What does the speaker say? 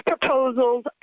proposals